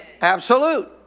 Absolute